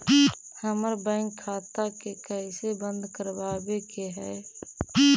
हमर बैंक खाता के कैसे बंद करबाबे के है?